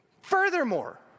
Furthermore